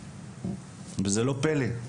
וזה לא פלא.